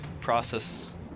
process